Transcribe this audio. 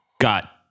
got